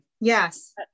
yes